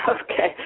Okay